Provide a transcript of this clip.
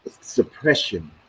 suppression